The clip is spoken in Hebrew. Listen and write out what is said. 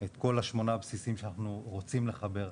את כל השמונה בסיסים שאנחנו רוצים לחבר,